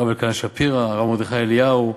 הרב אלקנה שפירא, הרב מרדכי אליהו,